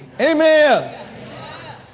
Amen